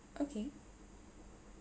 okay